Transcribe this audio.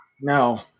No